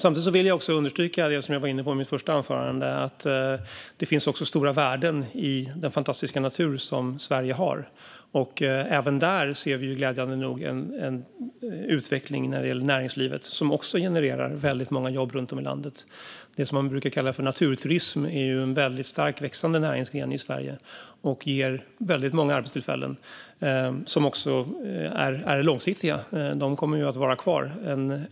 Samtidigt vill jag understryka det jag var inne på i ett tidigare anförande: Det finns också stora värden i den fantastiska natur som Sverige har. Även där ser vi glädjande nog en utveckling när det gäller näringslivet som också genererar väldigt många jobb runt om i landet. Det man brukar kalla naturturism är en väldigt starkt växande näringsgren i Sverige och ger väldigt många arbetstillfällen, som också är långsiktiga. De kommer ju att vara kvar.